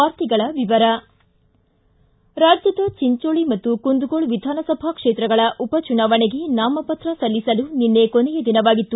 ವಾರ್ತೆಗಳ ವಿವರ ರಾಜ್ಞದ ಚಿಂಜೋಳ ಮತ್ತು ಕುಂದಗೋಳ ವಿಧಾನಸಭಾ ಕ್ಷೇತ್ರಗಳ ಉಪಚುನಾವಣೆಗೆ ನಾಮಪತ್ರ ಸಲ್ಲಿಸಲು ನಿನ್ನೆ ಕೊನೆಯ ದಿನವಾಗಿತ್ತು